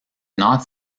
not